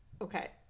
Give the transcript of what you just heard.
Okay